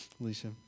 Alicia